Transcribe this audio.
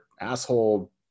asshole